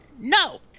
No